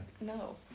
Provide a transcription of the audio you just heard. No